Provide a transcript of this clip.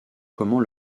comment